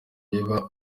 riba